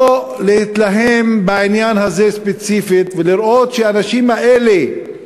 לא להתלהם בעניין הזה ספציפית ולראות שהאנשים האלה,